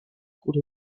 cours